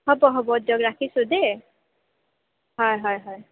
হ'ব হ'ব দিয়ক ৰাখিছো দেই হয় হয় হয়